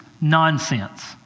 nonsense